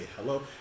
hello